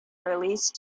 release